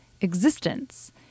existence